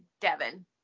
Devin